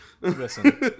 Listen